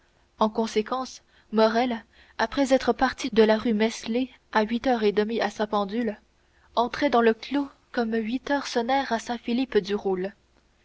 en conséquence morrel après être parti de la rue meslay à huit heures et demie à sa pendule entrait dans le clos comme huit heures sonnèrent à saint philippe du roule le